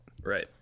Right